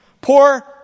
Poor